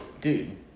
Dude